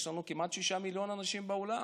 יש לנו כמעט שישה מיליון אנשים בעולם.